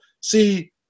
see